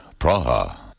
Praha